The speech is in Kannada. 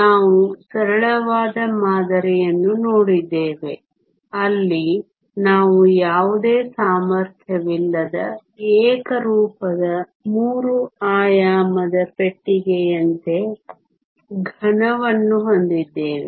ನಾವು ಸರಳವಾದ ಮಾದರಿಯನ್ನು ನೋಡಿದ್ದೇವೆ ಅಲ್ಲಿ ನಾವು ಯಾವುದೇ ಸಾಮರ್ಥ್ಯವಿಲ್ಲದ ಏಕರೂಪದ ಮೂರು ಆಯಾಮದ ಪೆಟ್ಟಿಗೆಯಂತೆ ಘನವನ್ನು ಹೊಂದಿದ್ದೇವೆ